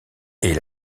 est